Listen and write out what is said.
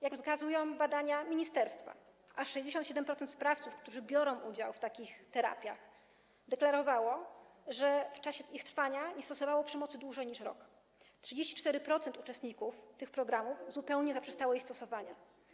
Jak wykazują badania ministerstwa, aż 67% sprawców, którzy biorą udział w takich terapiach, deklarowało, że w czasie ich trwania nie stosowało przemocy dłużej niż rok, 34% uczestników tych programów zupełnie zaprzestało jej stosowania.